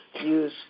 use